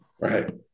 Right